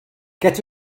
get